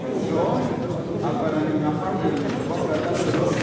המקור הראשון, אבל מאחר שמדובר באדם שלא,